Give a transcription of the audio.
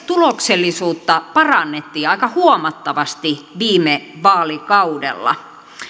tuloksellisuutta parannettiin aika huomattavasti viime vaalikaudella